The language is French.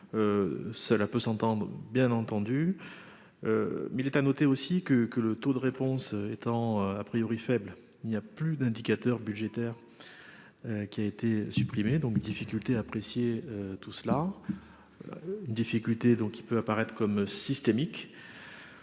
cela peut s'entend, bien entendu, mais il est à noter aussi que que le taux de réponse étant a priori faible il y a plus d'indicateurs budgétaires qui a été supprimé donc difficulté apprécier tout cela une difficulté donc il peut apparaître comme systémique,